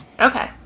okay